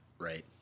Right